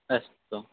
अस्तु